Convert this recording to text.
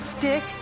dick